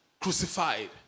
crucified